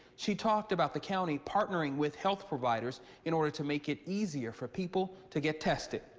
she talked about the county partnering with health providers in order to make it easier for people to get tested.